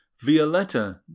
Violetta